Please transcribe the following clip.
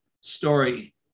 story